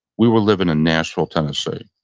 we were living in nashville, tennessee.